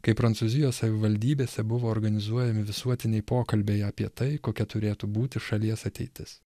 kai prancūzijos savivaldybėse buvo organizuojami visuotiniai pokalbiai apie tai kokia turėtų būti šalies ateitis